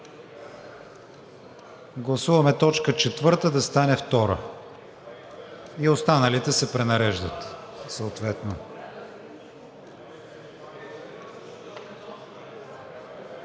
гласуваме точка четвърта да стане втора и останалите се пренареждат